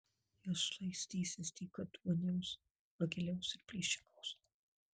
jie šlaistysis dykaduoniaus vagiliaus ir plėšikaus